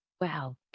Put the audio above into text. Wow